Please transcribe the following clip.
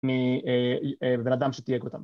‫בן אדם שתייג אותם.